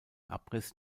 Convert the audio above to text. abriss